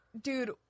dude